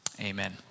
Amen